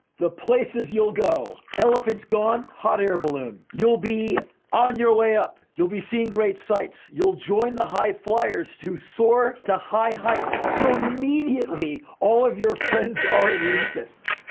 the places you'll go! elephants gone. hot air ballon. you'll be on your way up! you'll be seeing great sights! you'll join the high fliers who soar to high heights. so immediately all of your friends are elitist.